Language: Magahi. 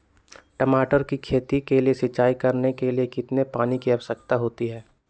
टमाटर की खेती के लिए सिंचाई करने के लिए कितने पानी की आवश्यकता होती है?